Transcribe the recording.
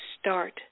start